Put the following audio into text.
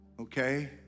Okay